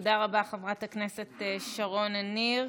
תודה רבה, חברת הכנסת שרון ניר.